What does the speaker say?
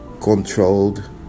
controlled